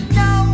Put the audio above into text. no